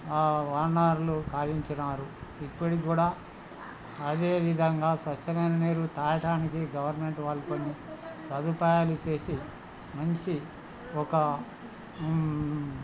ఓనర్లు కావించినారు ఇప్పటికీ కూడా అదేవిధంగా స్వచ్ఛమైన నీరు తాగటానికి గవర్నమెంట్ వాళ్ళు కొన్ని సదుపాయాలు చేసి మంచి ఒక